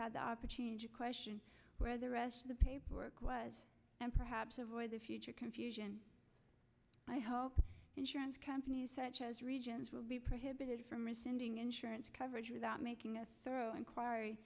had the opportunity to question where the rest of the paperwork was and perhaps avoid the future confusion i hope insurance companies such as regions will be prohibited from rescinding insurance coverage without making a thorough inquiry